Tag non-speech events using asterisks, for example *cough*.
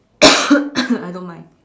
*coughs* I don't mind